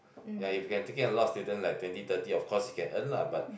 ya if he can take in a lot of students like twenty thirty of course he can earn lah but